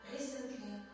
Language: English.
Recently